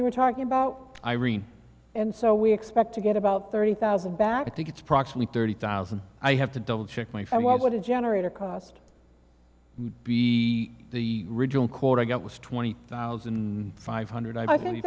you were talking about irene and so we expect to get about thirty thousand back i think it's probably thirty thousand i have to double check my firewall but a generator cost would be the original quote i got was twenty thousand five hundred i think